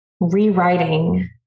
rewriting